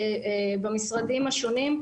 במשרדים השונים,